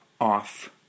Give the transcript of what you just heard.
off